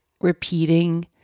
repeating